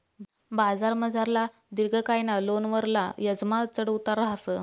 बजारमझारला दिर्घकायना लोनवरला याजमा चढ उतार रहास